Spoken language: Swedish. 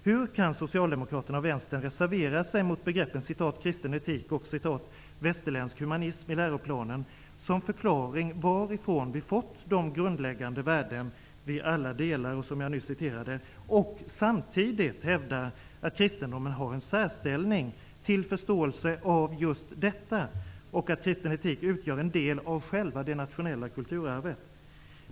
Hur kan Socialdemokraterna och Vänstern reservera sig mot begreppen ''kristen etik'' och ''västerländsk humanism'' i läroplanen som förklaring till varifrån vi fått de grundläggande värden vi alla delar och samtidigt hävda att kristendomen har en särställning till förståelsen av just detta och att kristen etik utgör en del av själva det nationella kulturarvet?